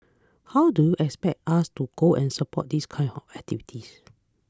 how do you expect us to go and support this kind of activities